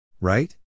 Right